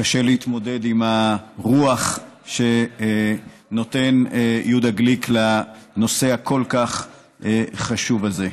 קשה להתמודד עם הרוח שנותן יהודה גליק לנושא הכל-כך חשוב הזה,